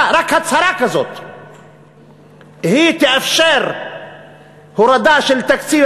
רק הצהרה כזאת תאפשר הורדה של תקציב